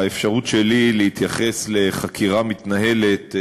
האפשרות שלי להתייחס לחקירה מתנהלת,